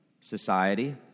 society